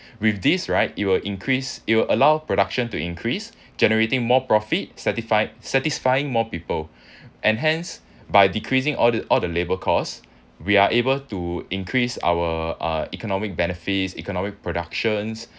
with these right it will increase it will allow production to increase generating more profit satisfy~ satisfying more people and hence by decreasing all the all the labour cost we are able to increase our uh economic benefits economic productions